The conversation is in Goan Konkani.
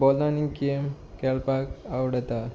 बॉलांनी गेम खेळपाक आवडटा